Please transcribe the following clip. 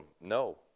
No